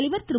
தலைவர் திரு